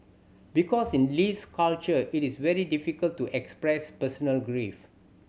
because in Lee's culture it is very difficult to express personal grief